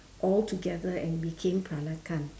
altogether and became peranakan